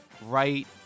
right